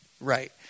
right